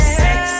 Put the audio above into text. sex